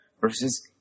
versus